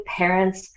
parents